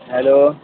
hello